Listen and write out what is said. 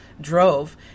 drove